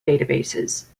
databases